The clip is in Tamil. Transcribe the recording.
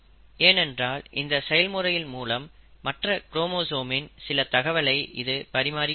ஏனென்றால் இந்த செயல்முறையின் மூலம் மற்ற குரோமோசோமின் சில தகவலை இது பரிமாறிக் கொண்டது